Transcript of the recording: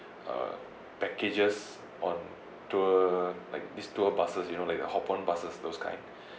uh packages on tour like this tour buses you know like the hop on buses those kind